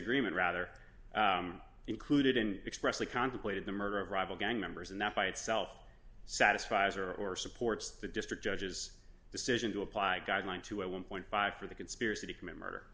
agreement rather included and expressly contemplated the murder of rival gang members and that by itself satisfies or or supports the district judge's decision to apply a guideline to a one point five for the conspiracy to commit murder